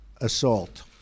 assault